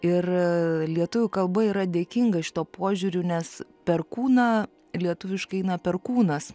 ir lietuvių kalba yra dėkinga šituo požiūriu nes per kūną lietuviškai na perkūnas